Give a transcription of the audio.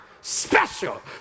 special